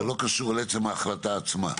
זה לא קשור לעצם ההחלטה עצמה.